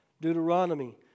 Deuteronomy